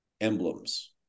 emblems